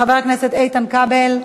חבר הכנסת איתן כבל.